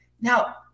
Now